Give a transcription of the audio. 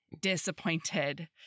disappointed